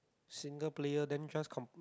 single player then just com~